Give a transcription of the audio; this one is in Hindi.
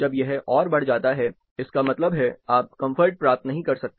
जब यह और बढ़ जाता है इसका मतलब है आप कंफर्ट प्राप्त नहीं कर सकते